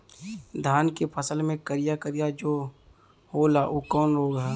धान के फसल मे करिया करिया जो होला ऊ कवन रोग ह?